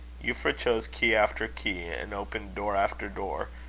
euphra chose key after key, and opened door after door,